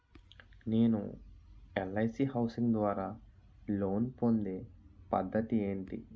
నేను LIC housing ద్వారా loan పొందే పద్ధతి ఏంటి?